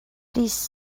please